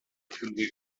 cymry